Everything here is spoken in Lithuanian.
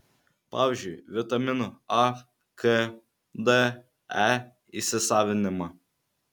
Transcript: pavyzdžiui vitaminų a k d e įsisavinimą